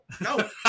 No